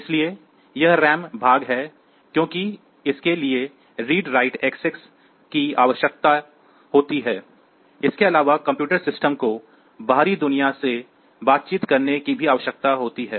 इसलिए यह रैम भाग है क्योंकि इसके लिए रीड राइट एक्सेस की आवश्यकता होगी और इसके अलावा कंप्यूटर सिस्टम को बाहरी दुनिया के साथ बातचीत करने की भी आवश्यकता है